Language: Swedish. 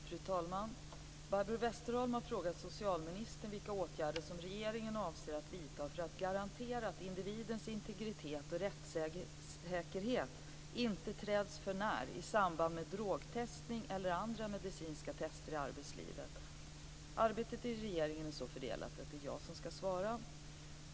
Fru talman! Barbro Westerholm har frågat socialministern vilka åtgärder som regeringen avser att vidta för att garantera att individens integritet och rättssäkerhet inte träds för när i samband med drogtestning eller andra medicinska test i arbetslivet. Arbetet inom regeringen är så fördelat att det är jag som skall svara.